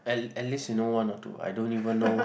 at at least you know one or two